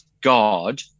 god